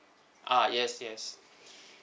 ah yes yes